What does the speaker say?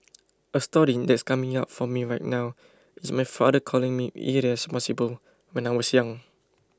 a story that's coming up for me right now is my father calling me irresponsible when I was young